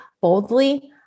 boldly